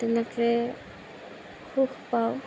তেনেকে সুখ পাওঁ